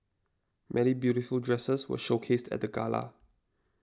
many beautiful dresses were showcased at the gala